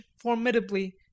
formidably